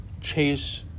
...chase